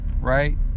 right